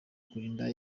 kurinda